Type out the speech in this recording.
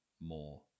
more